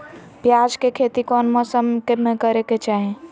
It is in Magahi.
प्याज के खेती कौन मौसम में करे के चाही?